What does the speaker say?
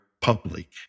public